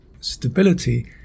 stability